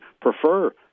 prefer